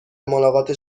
ملاقات